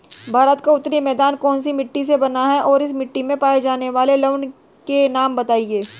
भारत का उत्तरी मैदान कौनसी मिट्टी से बना है और इस मिट्टी में पाए जाने वाले लवण के नाम बताइए?